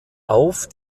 auf